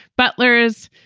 butlers,